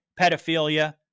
pedophilia